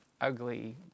ugly